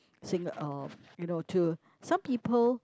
saying uh you know to some people